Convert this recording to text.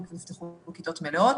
נפתחו כיתות מלאות,